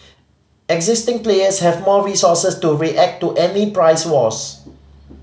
existing players have more resources to react to any price wars